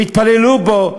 והתפללו בו,